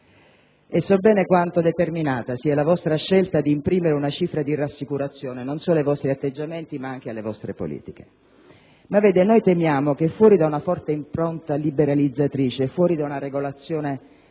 e so bene quanto determinata sia la vostra scelta di imprimere una cifra di rassicurazione non solo ai vostri atteggiamenti ma anche alle vostre politiche. Noi temiamo che fuori da una forte impronta liberalizzatrice e fuori da una regolazione del